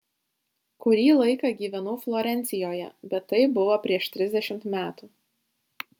kurį laiką gyvenau florencijoje bet tai buvo prieš trisdešimt metų